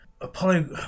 Apollo